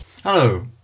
Hello